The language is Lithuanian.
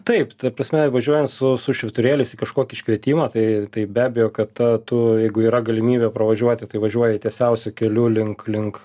taip ta prasme važiuojant su su švyturėliais į kažkokį iškvietimą tai tai be abejo kad ta tu jeigu yra galimybė pravažiuoti tai važiuoji tiesiausiu keliu link link